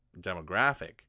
demographic